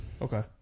Okay